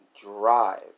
drive